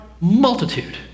multitude